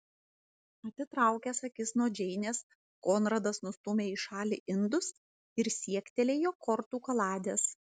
atitraukęs akis nuo džeinės konradas nustūmė į šalį indus ir siektelėjo kortų kaladės